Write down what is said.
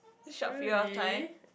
really